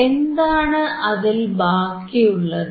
എന്താണ് അതിൽ ബാക്കിയുള്ളത്